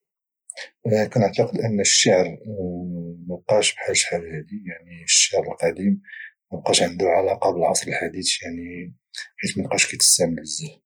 اعتقد ان الشعر ما بقاش بحال شحال هذه يعني الشعر القديم ما بقاش عنده علاقه بالعصر الحديث يعني حيت ما بقاش كي تستعمل بزاف